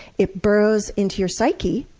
it burrows into your psyche.